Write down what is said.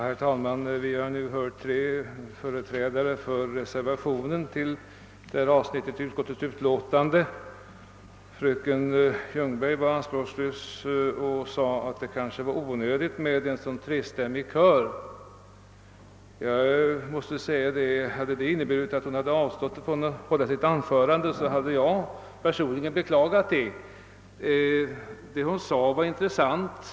Herr talman! Vi har nu hört företrädare för reservanterna under denna punkt i utskottets utlåtande. Fröken Ljungberg sade anspråkslöst, att det kanske var onödigt med denna trestämmiga kör. Om detta konstaterande hade medfört att hon avstått från att hålla sitt anförande, hade jag personligen beklagat det. Allt vad hon sade var intressant.